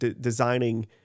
designing